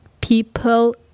people